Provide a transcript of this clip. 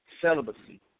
celibacy